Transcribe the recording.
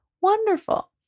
wonderful